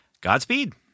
Godspeed